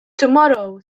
tomorrow